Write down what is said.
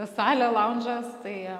salė laundžas tai